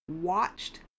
watched